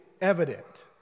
evident